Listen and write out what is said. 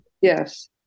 yes